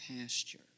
pasture